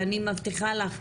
ואני מבטיחה לך,